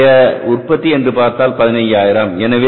அதனுடைய உற்பத்தி என்று பார்த்தால் 15000